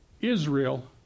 Israel